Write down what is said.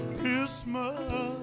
Christmas